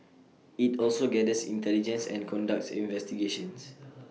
IT also gathers intelligence and conducts investigations